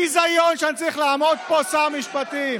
ביזיון שאני צריך לעמוד פה, שר משפטים.